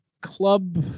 Club